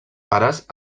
pares